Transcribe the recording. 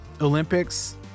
Olympics